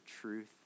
truth